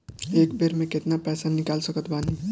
एक बेर मे केतना पैसा निकाल सकत बानी?